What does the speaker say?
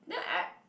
then I